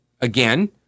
again